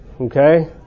okay